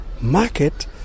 market